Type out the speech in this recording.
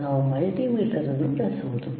ನಾವು ಮಲ್ಟಿಮೀಟರ್ ಅನ್ನು ಬಳಸಬಹುದು